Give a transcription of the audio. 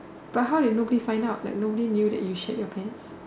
but how you nobody find out like nobody knew that you shit in your pants